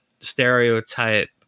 stereotype